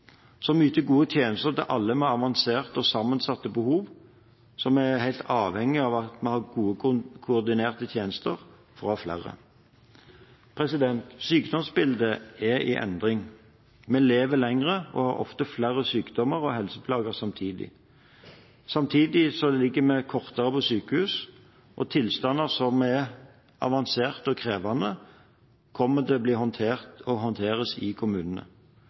som yter gode tjenester til alle med avanserte og sammensatte behov, som er helt avhengig av godt koordinerte tjenester fra flere. Sykdomsbildet er i endring. Vi lever lenger og har ofte flere sykdommer og helseplager samtidig. Samtidig ligger vi kortere på sykehus, og tilstander som er avanserte og krevende, kommer til å bli håndtert – og håndteres – i kommunene.